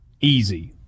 easy